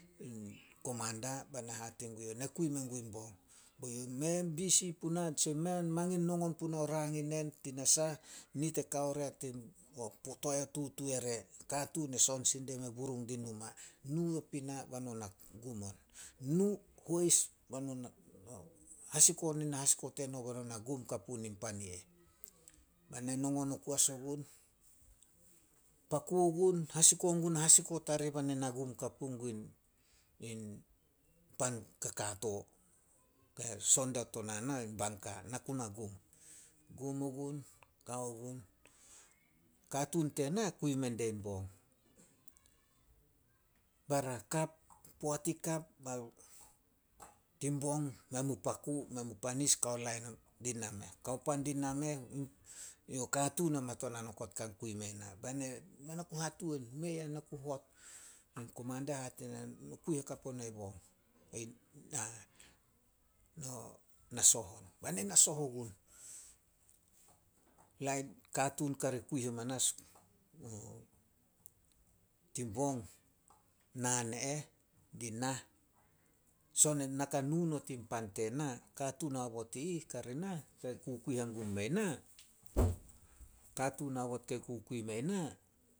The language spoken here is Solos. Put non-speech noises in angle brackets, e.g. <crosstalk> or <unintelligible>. In komanda. Be na hate gue youh, "Ne kui mengun bong." Be youh, "Mei a bisi puna tse mei mangin nongon punao rang i nen tinasah, nit e kao ria <unintelligible> o toae o tutu re, katuun e son sin dia me burung din numa. Nu pina be no na gum on. Nu, hois be no na <hesitation> hasiko nona hasiko teno bai no na gum kapu nin pan i eh." Bai na nongon oku as ogun. Paku gun, hasiko gun na hasiko tarih bai na na gum kapu gun in- in pan kakato. Kai son diao tonana in bangka, na ku na gum. Gum ogun, kao gun, katuun tena kui mendia bong. Bara kap, poat i kap <unintelligible> tin bong, men paku, men mu panis kao lain dina meh. Kao pan dina meh, yo katuun hamatonan okot kan kui mei na. Bai ne, mei ah na ku hatuan, mei ah na ku hot. Komanda hate ne na, "No kui hakap onai bong. <unintelligible> Na soh, be na na soh ogun. Lain, katuun kari kui amanas <hesitation> tin bong, naan eh di nah, son ena ka nu not in pan tena, katuun haobot i ih kari nah kei kui hangum me na <noise> katuun haobot kei kukui mei na.